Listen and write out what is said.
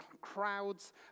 crowds